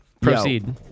Proceed